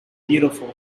beautiful